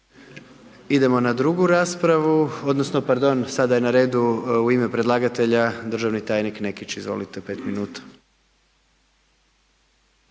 Idemo na drugu raspravu, odnosno, pardon, sada je na redu u ime predlagatelja, državni tajnik Nekić. Izvolite, pet minuta.